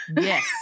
Yes